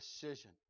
decision